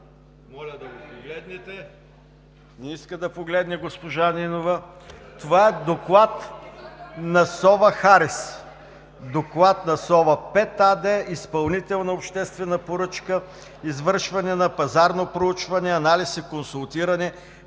моля да го погледнете. Не иска да го погледне госпожа Нинова. Това е доклад на „Сова Харис“, на „Сова 5“ АД, изпълнител на обществена поръчка – „Извършване на пазарно проучване, анализ и консултиране